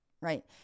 right